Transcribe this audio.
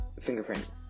fingerprint